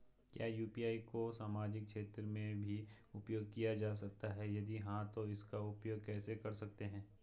क्या यु.पी.आई को सामाजिक क्षेत्र में भी उपयोग किया जा सकता है यदि हाँ तो इसका उपयोग कैसे कर सकते हैं?